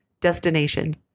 destination